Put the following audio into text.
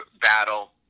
battle